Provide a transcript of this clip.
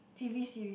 t_v series